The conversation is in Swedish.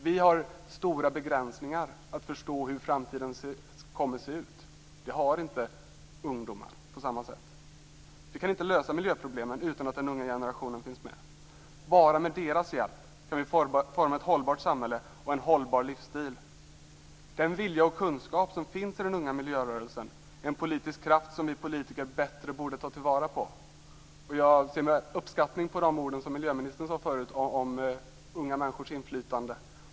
Vi har stora begränsningar när det gäller att förstå hur framtiden kommer att se ut. Det har inte ungdomar på samma sätt. Vi kan inte lösa miljöproblemen utan att den unga generationen finns med. Bara med deras hjälp kan vi forma ett hållbart samhälle och en hållbar livsstil. Den vilja och kunskap som finns i den unga miljörörelsen är en politisk kraft som vi politiker borde ta bättre vara på. Jag ser med uppskattning på de ord som miljöministern sade förut om unga människors inflytande.